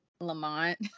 Lamont